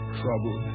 trouble